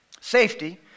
safety